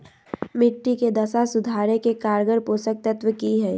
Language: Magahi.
मिट्टी के दशा सुधारे के कारगर पोषक तत्व की है?